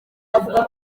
avuga